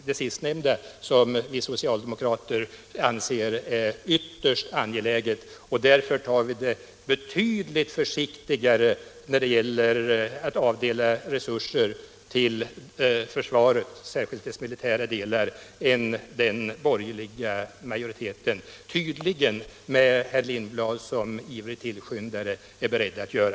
Det sistnämnda anser vi socialdemokrater vara ytterst angeläget, och därför tar vi det betydligt försiktigare när det gäller att avdela resurser till försvaret — särskilt dess militära delar — än den borgerliga majoriteten, tydligen med herr Lindblad som ivrig tillskyndare, är beredd att göra.